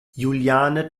juliane